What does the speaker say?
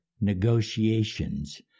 negotiations